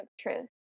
truth